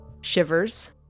Shivers